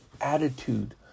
attitude